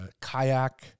kayak